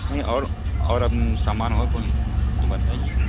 نہیں اور اور اب سامان ہو کوئی تو بتائیے